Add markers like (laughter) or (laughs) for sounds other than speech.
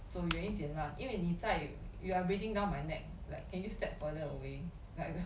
走远一点吗因为你在 you're breathing down my neck like can you step further away like the (laughs)